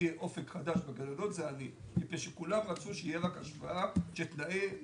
שיהיה אופק חדש זה אני מפני שכולם רצו שתהיה רק השוואה של תנאי